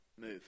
move